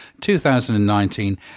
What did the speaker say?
2019